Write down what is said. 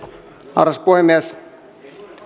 arvoisa puhemies